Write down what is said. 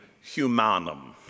humanum